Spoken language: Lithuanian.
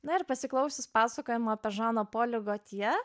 na ir pasiklausius pasakojama apie žano polio gotje